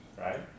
Right